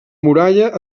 muralla